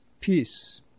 peace